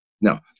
Now